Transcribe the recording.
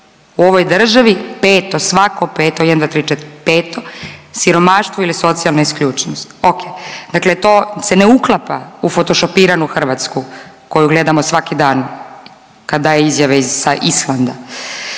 u ovoj državi, peto, svako peto, jen, dva, tri, četiri, peto siromaštvo ili socijalna isključenost. Ok, dakle to se ne uklapa u fotošopiranu Hrvatsku koju gledamo svaki dan kad daje izjave sa Islanda.